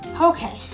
Okay